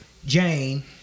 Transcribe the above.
Jane